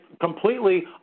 completely